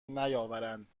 نیاورند